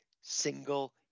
single